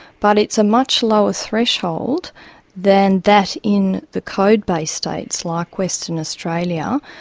but it's a much lower threshold than that in the code-based states like western australia,